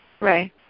Right